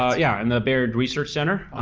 yeah yeah in the baird research center.